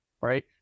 right